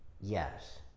yes